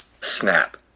snap